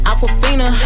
Aquafina